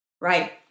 Right